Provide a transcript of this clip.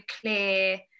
clear